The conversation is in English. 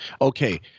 Okay